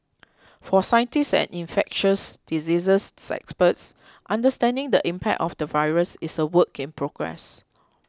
for scientists and infectious diseases experts understanding the impact of the virus is a work in progress